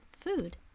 food